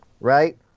right